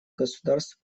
государств